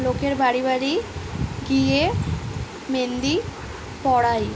লোকের বাড়ি বাড়ি গিয়ে মেহেন্দি পরাই